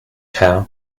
hare